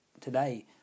today